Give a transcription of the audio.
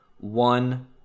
one